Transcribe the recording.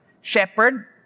shepherd